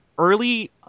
early